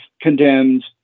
condemned